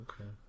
okay